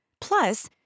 Plus